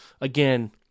again